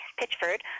Pitchford